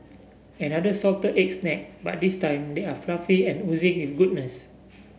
another salted egg snack but this time they are fluffy and oozing with goodness